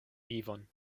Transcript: vivon